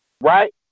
right